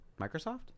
Microsoft